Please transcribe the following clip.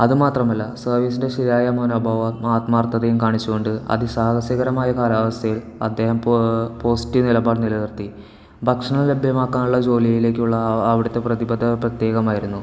അത് മാത്രമല്ല സര്വീസിൻ്റെ ശരിയായ മനോഭാവവു മാത്മാർത്ഥതയും കാണിച്ചുകൊണ്ട് അതി സാഹസികരമായ കാലാവസ്ഥയിൽ അദ്ദേഹം പോസിറ്റീവ് നിലപാട് നിലനിർത്തി ഭക്ഷണം ലഭ്യമാക്കാനുള്ള ജോലിയിലേക്കുള്ള അവിടത്തെ പ്രതിബദ്ധത പ്രത്യേകമായിരുന്നു